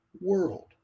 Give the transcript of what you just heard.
world